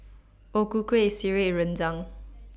O Ku Kueh Sireh and Rendang